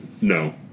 No